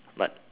but